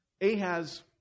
Ahaz